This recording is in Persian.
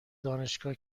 دانشگاه